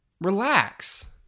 Relax